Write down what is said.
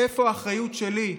איפה האחריות שלי?